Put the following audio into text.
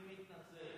אני מתנצל.